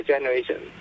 generation